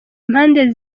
impande